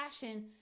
passion